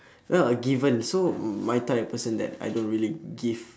not a giver so my type of person that I don't really give